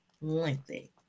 lengthy